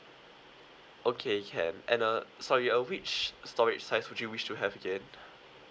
okay can and uh sorry uh which storage size would you wish to have again